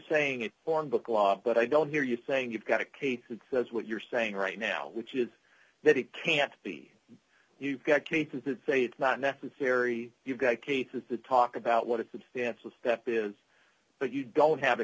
saying it for book law but i don't hear you saying you've got a case that says what you're saying right now which is that it can't be you've got cases that say it's not necessary you've got cases to talk about what a substantial step is but you don't have a